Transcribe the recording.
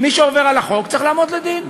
מי שעובר על החוק צריך לעמוד לדין.